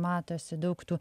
matosi daug tų